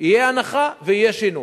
תהיה הנחה, ויהיה שינוי.